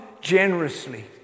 generously